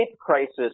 crisis